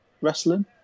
wrestling